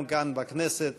גם כאן בכנסת,